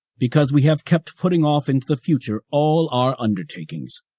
because we have kept putting off into the future all our undertakings.